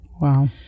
Wow